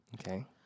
Okay